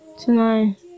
tonight